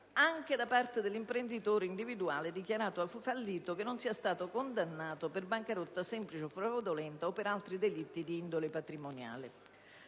anche da parte dell'imprenditore individuale dichiarato fallito che non sia stato condannato per bancarotta semplice o fraudolenta o per altri delitti di indole patrimoniale.